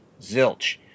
zilch